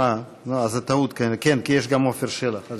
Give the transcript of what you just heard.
זו טעות, כי יש גם את עופר שלח.